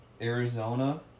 Arizona